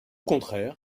contraire